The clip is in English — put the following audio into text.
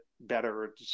better